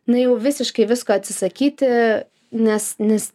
na jau visiškai visko atsisakyti nes nes